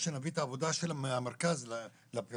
או שנביא את העבודה מהמרכז לפריפריה?